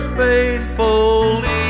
faithfully